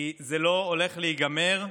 כי זה לא הולך להיגמר.